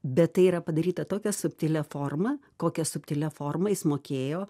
bet tai yra padaryta tokia subtilia forma kokia subtilia forma jis mokėjo